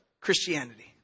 Christianity